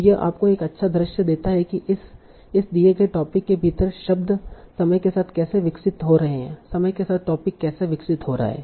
तो यह आपको एक अच्छा दृश्य देता है कि इस दिए गए टोपिक के भीतर शब्द समय के साथ कैसे विकसित हो रहे हैं समय के साथ टोपिक कैसे विकसित हो रहा हैं